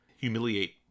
humiliate